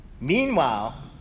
Meanwhile